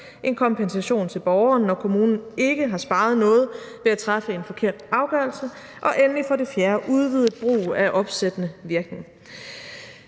en kompensation til borgeren, når kommunen ikke har sparet noget ved at træffe en forkert afgørelse; og endelig for det fjerde en udvidet brug af opsættende virkning.